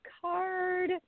card